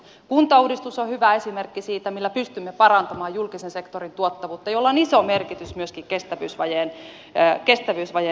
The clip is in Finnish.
kuntauudistus on hyvä esimerkki siitä millä pystymme parantamaan julkisen sektorin tuottavuutta jolla on iso merkitys myöskin kestävyysvajeen osalta